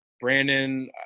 Brandon